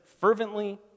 fervently